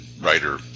writer